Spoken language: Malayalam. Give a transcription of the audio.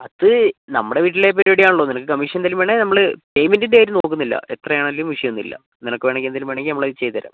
അത് നമ്മുടെ വീട്ടിലെ പരിപാടി ആണല്ലോ നിനക്ക് കമ്മീഷൻ എന്തേലും വേണെ നമ്മൾ പേയ്മെൻറ്റിൻറ്റെ കാര്യം നോക്കുന്നില്ല എത്ര ആണേലും വിഷയം ഒന്നും ഇല്ല നിനക്ക് വേണമെങ്കിൽ എന്തേലും വേണമെങ്ങി നമ്മൾ അത് ചെയ്ത് തരാം